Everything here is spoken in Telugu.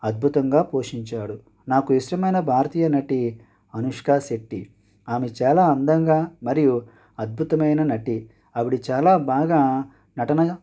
అద్భుతంగా పోషించాడు నాకు ఇష్టమైన భారతీయ నటి అనుష్కా శెట్టి ఆమె చాలా అందంగా మరియు అద్భుతమైన నటి ఆవిడ చాలా బాగా నటన